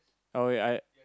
okay I